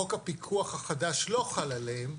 חוק הפיקוח החדש לא חל עליהם.